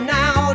now